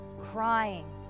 crying